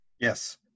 Yes